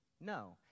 No